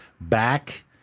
back